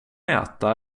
äta